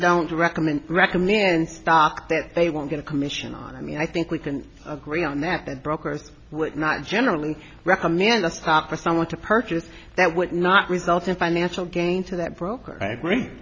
don't recommend rectum in stock that they won't get a commission on i mean i think we can agree on that that brokers would not generally recommend a stock for someone to purchase that would not result in financial gain to that broker and agree